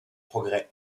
progrès